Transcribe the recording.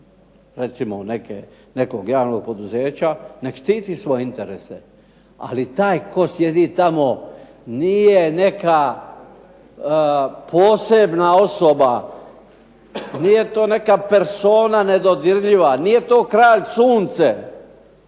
recimo nekog javnog poduzeća nek' štiti svoje interese. Ali taj koji sjedi tamo nije neka posebna osoba, nije to neka persona nedodirljiva, nije to kralj sunce